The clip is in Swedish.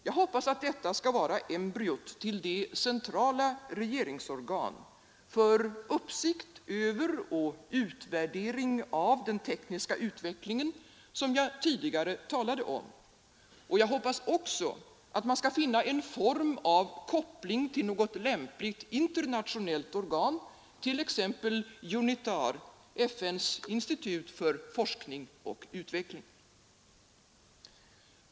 Jag hoppas att detta skall vara embryot till det centrala regeringsorgan för uppsikt över och utvärdering av den tekniska utvecklingen som jag tidigare talade om, och jag hoppas också att man skall finna en form av koppling till något lämpligt internationellt organ, t.ex. UNITAR, FNs institut för utbildning och forskning.